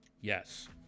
Yes